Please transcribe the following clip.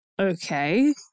Okay